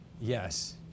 Yes